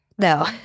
No